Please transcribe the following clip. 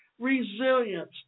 resilience